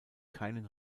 keinen